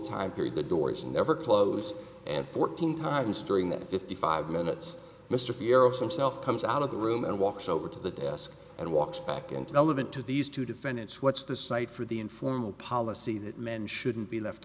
time period the doors never closed and fourteen times during that fifty five minutes mr pierre of some self comes out of the room and walks over to the desk and walks back into element to these two defendants what's the cite for the informal policy that men shouldn't be left